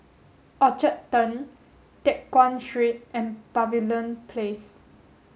Orchard Turn Teck Guan Street and Pavilion Place